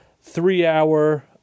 three-hour